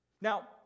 now